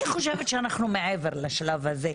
אני חושבת שאנחנו מעבר לשלב הזה,